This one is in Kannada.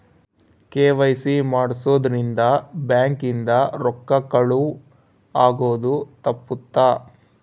ಕೆ.ವೈ.ಸಿ ಮಾಡ್ಸೊದ್ ರಿಂದ ಬ್ಯಾಂಕ್ ಇಂದ ರೊಕ್ಕ ಕಳುವ್ ಆಗೋದು ತಪ್ಪುತ್ತ